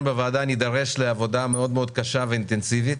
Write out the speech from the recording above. בוועדה נידרש לעבודה מאוד מאוד קשה ואינטנסיבית.